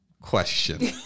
question